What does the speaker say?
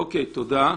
אוקיי, תודה.